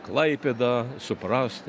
klaipėdą suprast